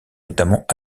notamment